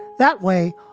that way.